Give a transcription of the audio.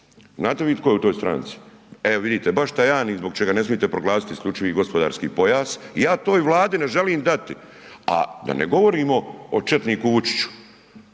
znate vi tko je u toj stranci, e vidite baš Tajani zbog čega ne smijete proglasiti isključivi gospodarski pojas. Ja toj Vladi ne želim dati, a da ne govorimo o četniku Vučiću